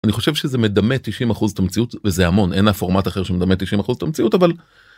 אני חושב שזה מדמה 90% את המציאות וזה המון אין אף פורמט אחר שמדמה 90% את המציאות אבל.